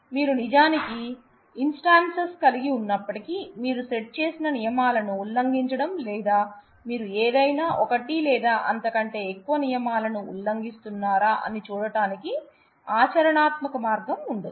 కానీ మీరు నిజానికి ఇన్స్టెన్సెస్ కలిగి ఉన్నప్పటికీ మీరు సెట్ చేసిన నియమాలను ఉల్లంఘించడం లేదా మీరు ఏదైనా ఒకటి లేదా అంతకంటే ఎక్కువ నియమాలను ఉల్లంఘిస్తున్నారా అని చూడటానికి ఆచరణాత్మక మార్గం ఉండదు